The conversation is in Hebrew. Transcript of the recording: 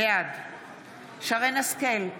בעד שרן מרים השכל,